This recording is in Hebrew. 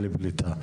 לפליטה,